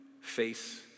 face